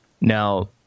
Now